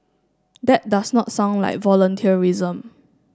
that does not sound like volunteerism